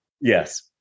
Yes